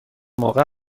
موقع